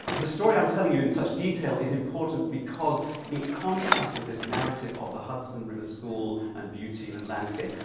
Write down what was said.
the story i'm telling you in such detail is important because it contrasts with this narrative of the hudson river school and beauty and landscape,